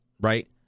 right